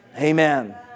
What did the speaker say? Amen